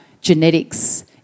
genetics